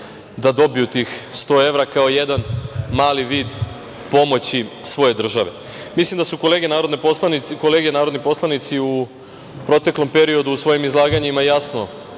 da dobiju tih 100 evra kao jedan mali vid pomoći svoje države. Mislim da su kolege narodni poslanici u proteklom periodu u svojim izlaganjima jasno